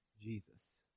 Jesus